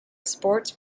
sports